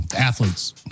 athletes